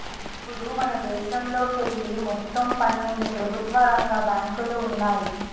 ఇప్పుడు మనదేశంలోకెళ్ళి మొత్తం పన్నెండు ప్రభుత్వ రంగ బ్యాంకులు ఉన్నాయి